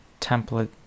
template